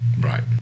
Right